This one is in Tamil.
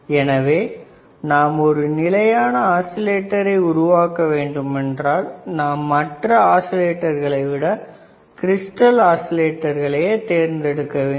எனவே நாம் ஒரு நிலையான ஆஸிலேட்டரை உருவாக்க வேண்டுமென்றால் நாம் மற்ற ஆஸிலேட்டர்களை விட கிரிஸ்டல் ஆஸிலேட்டர்களையே தேர்ந்தெடுக்க வேண்டும்